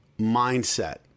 mindset